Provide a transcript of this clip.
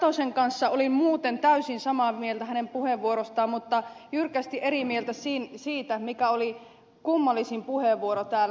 satosen kanssa olin muuten täysin samaa mieltä hänen puheenvuorostaan mutta jyrkästi eri mieltä siitä mikä oli kummallisin mielipide täällä